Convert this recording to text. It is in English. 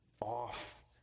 off